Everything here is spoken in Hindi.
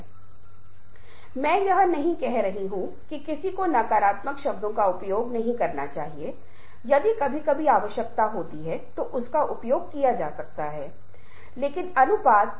ये अवधारणाएं एक साथ जुड़ी हुई हैं आप देखते हैं कि अनुनय वार्ता निश्चित रूप से समूह की गतिशीलता के पीछे संघर्ष समाधान संबंध निर्माण जैसे क्षेत्रों से जुड़ी होगी